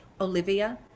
Olivia